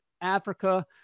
Africa